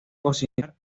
cocinar